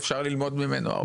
אפשר ללמוד ממנו.